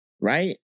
right